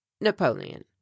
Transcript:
napoleon